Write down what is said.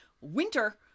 winter